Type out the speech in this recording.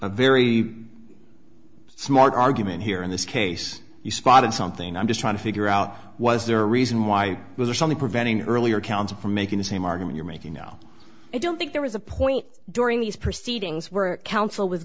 very smart argument here in this case you spotted something i'm just trying to figure out was there a reason why there's something preventing the earlier counsel from making the same argument you're making no i don't think there was a point during these proceedings were counsel was